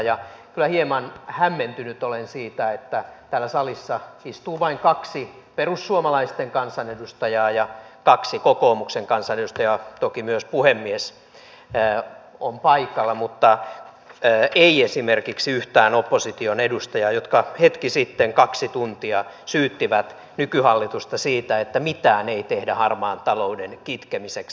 kyllä hieman hämmentynyt olen siitä että täällä salissa istuu vain kaksi perussuomalaisten kansanedustajaa ja kaksi kokoomuksen kansanedustajaa toki myös puhemies on paikalla mutta ei esimerkiksi yhtään opposition edustajaa jotka hetki sitten kaksi tuntia syyttivät nykyhallitusta siitä että mitään ei tehdä harmaan talouden kitkemiseksi